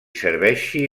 serveixi